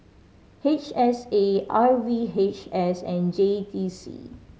H S A R V H S and J T C